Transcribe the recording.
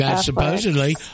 Supposedly